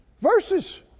Verses